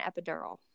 epidural